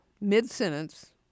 mid-sentence